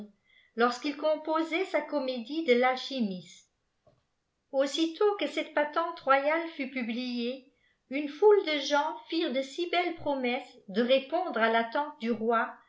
lorsqu'il composait sa comédie de yalchimisie aussitôt que cette patente royale fut publiée une foule de gens firent de si belles promesses tie irépcndre à l'attente du roi